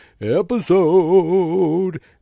episode